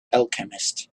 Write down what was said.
alchemist